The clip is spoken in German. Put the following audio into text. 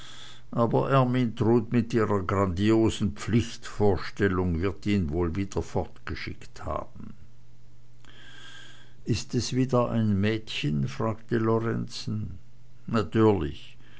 aber ermyntrud mit ihrer grandiosen pflichtvorstellung wird ihn wohl wieder fortgeschickt haben ist es wieder ein mädchen fragte lorenzen natürlich